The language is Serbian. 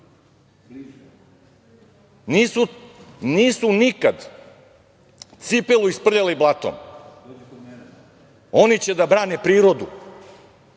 Nisu nikad cipelu isprljali blatom. Oni će da brane prirodu!